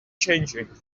changing